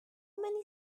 many